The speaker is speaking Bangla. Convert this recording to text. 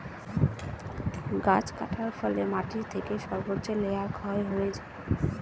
গাছ কাটার ফলে মাটি থেকে সর্বোচ্চ লেয়ার ক্ষয় হয়ে যায়